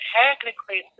technically